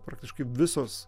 praktiškai visos